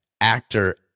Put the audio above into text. actor